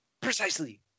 Precisely